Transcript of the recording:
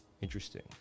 Interesting